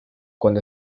cuando